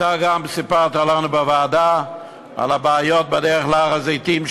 אתה גם סיפרת לנו בוועדה על הבעיות בדרך להר-הזיתים,